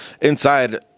inside